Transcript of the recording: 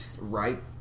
Right